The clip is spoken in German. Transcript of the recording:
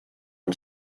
den